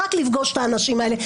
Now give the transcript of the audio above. רק לפגוש את האנשים האלה,